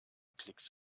klicks